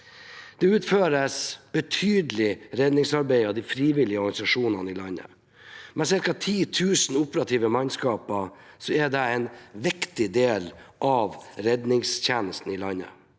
Det utføres betydelig redningsarbeid av de frivillige organisasjonene i landet. Med ca. 10 000 operative mannskaper er det en viktig del av redningstjenesten i landet.